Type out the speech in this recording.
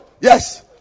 yes